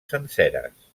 senceres